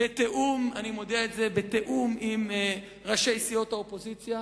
אני מודיע את זה: בתיאום עם ראשי סיעות האופוזיציה,